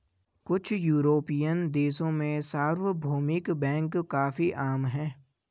कुछ युरोपियन देशों में सार्वभौमिक बैंक काफी आम हैं